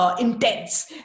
intense